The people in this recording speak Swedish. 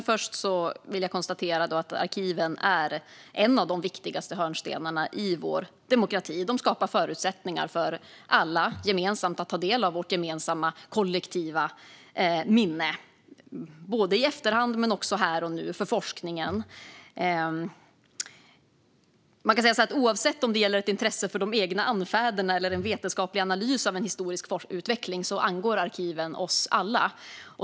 Fru talman! Arkiven är en av de viktigaste hörnstenarna i vår demokrati. De skapar förutsättningar för alla, även forskningen, att ta del av vårt gemensamma, kollektiva minne, både i efterhand och här och nu. Oavsett om det gäller ett intresse för de egna anfäderna eller en vetenskaplig analys av en historisk utveckling angår arkiven oss alla.